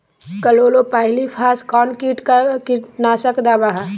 Chlorpyrifos कौन किट का कीटनाशक दवा है?